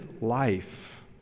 life